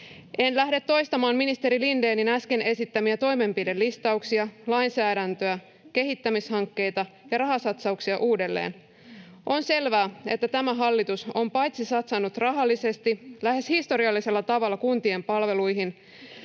En lähde toistamaan ministeri Lindénin äsken esittämiä toimenpidelistauksia, lainsäädäntöä, kehittämishankkeita ja rahasatsauksia uudelleen. On selvää, että tämä hallitus on paitsi satsannut rahallisesti lähes historiallisella tavalla kuntien palveluihin